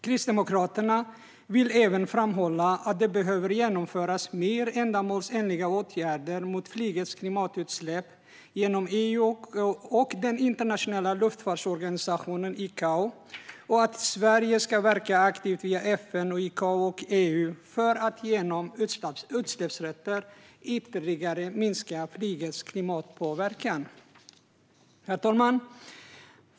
Kristdemokraterna vill även framhålla att det behöver genomföras mer ändamålsenliga åtgärder mot flygets klimatutsläpp genom EU och den internationella luftfartsorganisationen ICAO och att Sverige ska verka aktivt via FN, ICAO och EU för att genom utsläppsrätter ytterligare minska flygets klimatpåverkan. Herr talman!